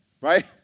right